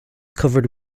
covered